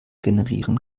generieren